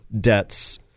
debts